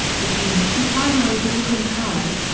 between the two primary balkan powers,